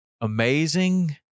amazing